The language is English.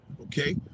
Okay